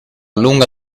lunga